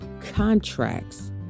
contracts